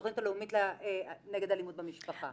בתכנית הלאומית נגד אלימות במשפחה?